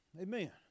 Amen